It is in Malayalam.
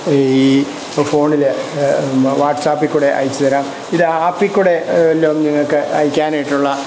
ഈ ഇപ്പം ഫോണിൽ വാട്സ്പ്പിൽക്കൂടി അയച്ചു തരാം ഇതു ആപ്പിൽ കൂടി എല്ലാം നിങ്ങൾക്ക് അയക്കാനായിട്ടുള്ള